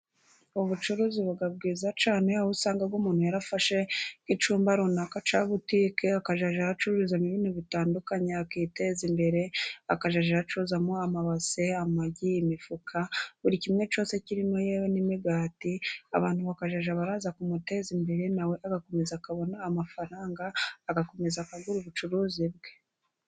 Ubucuruzi buba bwiza cyane aho usanga nk'umuntu yarafashe nk'icyumba runaka, cya butike akazajya aracururizamo ibintu bitandukanye akiteza imbere, akazajya aracuruza amabase, amagi, imifuka, buri kimwe cyose kirimo. Yewe n'imigati abantu bakazajya baraza kumuteza imbere, na we agakomeza akabona amafaranga, agakomeza akagura ubucuruzi bwe.